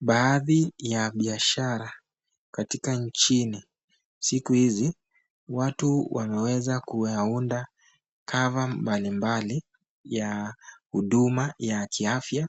Baadhi ya biashara katika nchini siku hizi watu wameweza kuyaunda cover mbalimbali ya huduma ya kiafya